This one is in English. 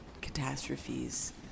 catastrophes